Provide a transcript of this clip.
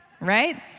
right